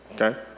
Okay